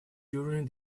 during